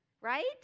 right